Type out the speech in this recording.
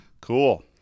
Cool